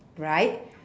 right